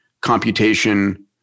computation